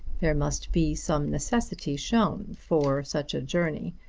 there must be some necessity shown for such a journey.